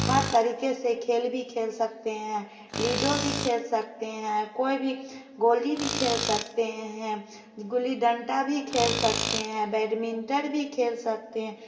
हर तरीके से खेल भी खेल भी सकते हैं लीडो भी खेल सकते है कोई भी गोली भी खेल सकते है गिल्ली डांडा भी खेल सकते है बैडमिंटल भी खेल सकते